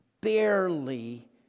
barely